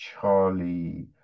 Charlie